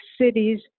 cities